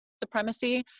supremacy